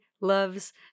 loves